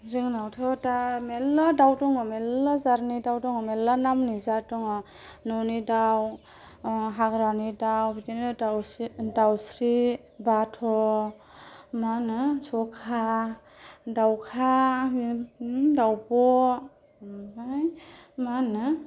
जोंनावथ' दा मेल्ला दाव दङ मेल्ला जातनि दाव दङ मेल्ला नामनि जात दङ न'नि दाव हाग्रानि दाव बिदिनो दावस्रि बाथ' मा होनो जखा दावखा दावब' ओमफ्राय मा होनो